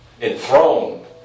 enthroned